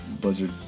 Blizzard